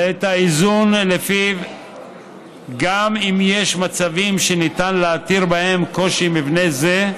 ואת האיזון שלפיו גם אם יש מצבים שניתן להתיר בהם קושי מבני זה,